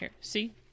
See